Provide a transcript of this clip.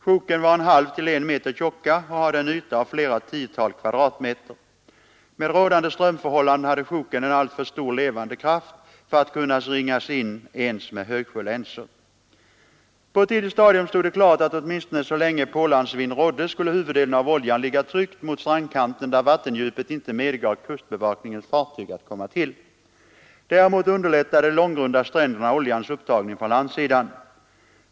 Sjoken var en halv till en meter tjocka och hade en yta av flera tiotal kvadratmeter. Med rådande strömförhållanden hade sjoken en alltför stor levande kraft för att kunna ringas in ens med högsjölänsor. På ett tidigt stadium stod det klart att åtminstone så länge pålandsvind rådde skulle huvuddelen av oljan ligga tryckt mot strandkanten där vattendjupet inte medgav kustbevakningens fartyg att komma till. Däremot underlättade de långgrunda stränderna oljans upptagning från landsidan.